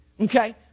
Okay